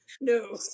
no